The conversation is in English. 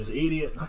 idiot